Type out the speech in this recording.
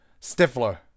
Stifler